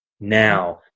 now